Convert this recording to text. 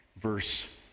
verse